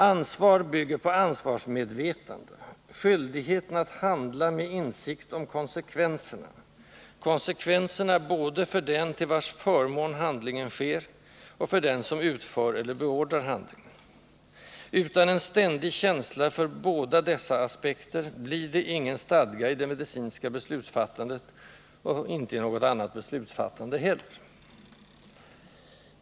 Ansvar bygger på ansvarsmedvetande: skyldigheten att handla med insikt om konsekvenserna — konsekvenserna både för den till vars förmån handlingen sker och för den som utför eller beordrar handlingen. Utan en ständig känsla för båda dessa aspekter blir det ingen stadga i det medicinska beslutsfattandet — och inte i något annat beslutsfattande heller.